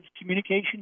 communication